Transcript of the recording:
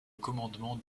commandement